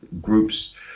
groups